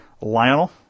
Lionel